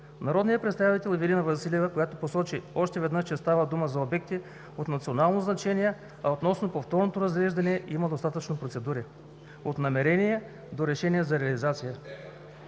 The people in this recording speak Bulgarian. народният представител Ивелина Василева, която посочи още веднъж, че става дума за обекти от национално значение, а относно повторното разглеждане – има достатъчно процедури: от намерение до решение за реализация;